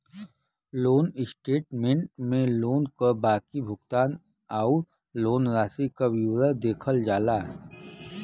loan statement में loan क बाकी भुगतान आउर लोन राशि क विवरण देखल जाला